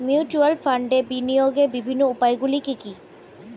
Mutual ফান্ডে বিনিয়োগের বিভিন্ন উপায়গুলি কি কি?